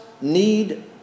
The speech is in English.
need